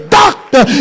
doctor